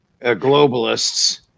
globalists